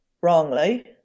wrongly